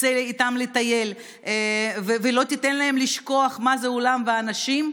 תצא אתם לטייל ולא תיתן להם לשכוח מה זה עולם ואנשים,